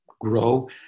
grow